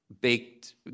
baked